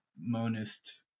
Monist